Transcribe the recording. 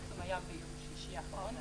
הפרסום היה ביום שישי האחרון.